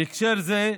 בהקשר זה,